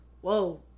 Whoa